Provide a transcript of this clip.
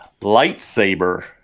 Lightsaber